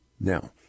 Now